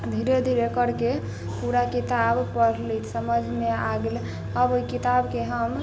धीरे धीरे करिके पूरा किताब पढ़ली समझमे आ गेलै आब ओहि किताबके हम